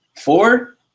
Four